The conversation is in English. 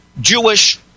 Jewish